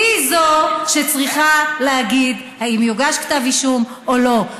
היא שצריכה להגיד אם יוגש כתב אישום או לא.